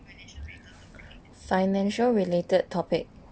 financial related topic